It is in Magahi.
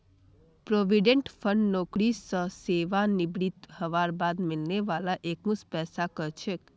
प्रोविडेंट फण्ड नौकरी स सेवानृवित हबार बाद मिलने वाला एकमुश्त पैसाक कह छेक